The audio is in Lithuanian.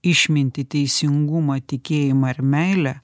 išmintį teisingumą tikėjimą ir meilę